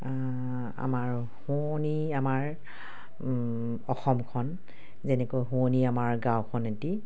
আমাৰ শুৱনি আমাৰ অসমখন যেনেকৈ শুৱনি আমাৰ গাঁওখন অতি